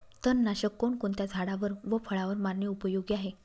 तणनाशक कोणकोणत्या झाडावर व फळावर मारणे उपयोगी आहे?